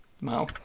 No